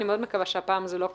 אני מאוד מקווה שהפעם זה לא כך.